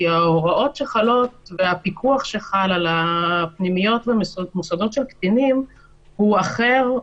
כי ההוראות שחלות והפיקוח שחל על הפנימיות במוסדות של קטינים הוא אחר,